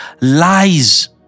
lies